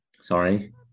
Sorry